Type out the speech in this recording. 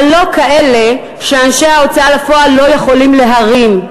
אבל לא כאלה שאנשי ההוצאה לפועל לא יכולים להרים.